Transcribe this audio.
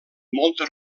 molta